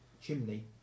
chimney